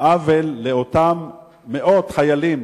עוול לכל אותם מאות חיילים